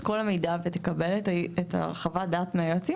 כל המידע ותקבל את חוות הדעת מהיועצים,